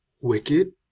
wicked